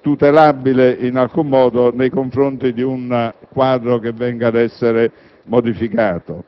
tutelabile nei confronti di un quadro che venga ad essere modificato.